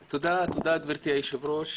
תודה, גברתי היושבת-ראש.